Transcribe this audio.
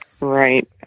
right